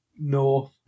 north